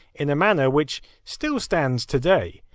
in a manner which still stands today.